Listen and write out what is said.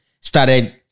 started